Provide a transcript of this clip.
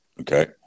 okay